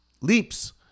Leaps